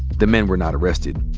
the men were not arrested.